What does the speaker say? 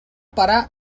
parar